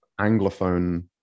Anglophone